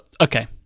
okay